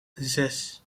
zes